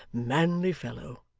manly fellow.